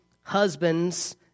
husbands